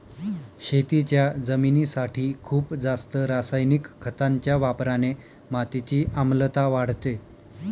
शेतीच्या जमिनीसाठी खूप जास्त रासायनिक खतांच्या वापराने मातीची आम्लता वाढते